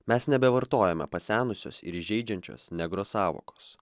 mes nebevartojame pasenusios ir įžeidžiančios negro sąvokos